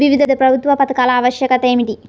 వివిధ ప్రభుత్వ పథకాల ఆవశ్యకత ఏమిటీ?